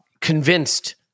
convinced